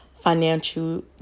Financial